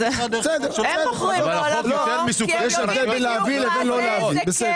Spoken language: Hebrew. הם בוחרים לא לבוא כי הם יודעים בדיוק מה הקומבינה.